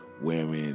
wearing